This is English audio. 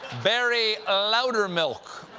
barry loudermilk.